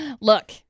Look